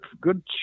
good